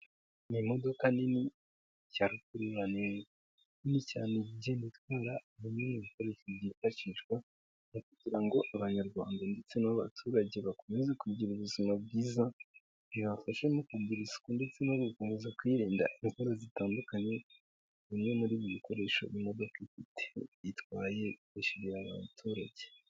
Ni imodoka nini cyanekurikiran nini cyanegenda bitwara um mwiko iki byifashishwa kugira ngo abanyarwanda ndetse n'abaturage bakomeze kugira ubuzima bwiza bibafashamo ku kugirara isuku ndetse no gukomeza kwirinda in imvura zitandukanye bimwe muri rimwe bikoresho imodoka yitwaye bishyurira abaturage.